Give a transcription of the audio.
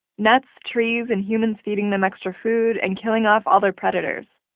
nuts, trees, and humans feeding them extra food and killing off all their predators.